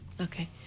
Okay